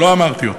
לא אמרתי אותם.